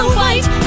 white